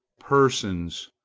persons,